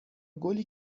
گلی